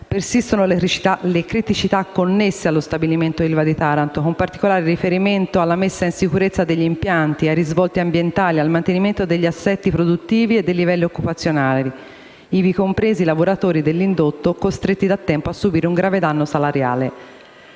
Persistono le criticità connesse allo stabilimento ILVA di Taranto, con particolare riferimento alla messa in sicurezza degli impianti, ai risvolti ambientali, al mantenimento degli assetti produttivi e dei livelli occupazionali, ivi compresi i lavoratori dell'indotto, costretti da tempo a subire un grave danno salariale.